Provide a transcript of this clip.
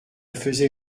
faisait